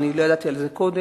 אני לא ידעתי על זה קודם,